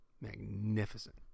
magnificent